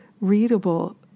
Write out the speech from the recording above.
readable